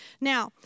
Now